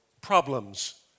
problems